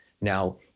Now